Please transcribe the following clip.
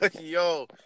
yo